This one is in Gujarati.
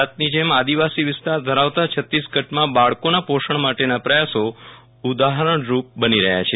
ગુજરાતની જેમ આદિવાસી વિસ્તાર ધરાવતા છત્તીસગ્માં બાળકોના પોષણ માટેના પ્રયાસો ઉદાહરણરૂપ બની રહ્યા છે